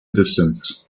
distance